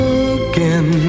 again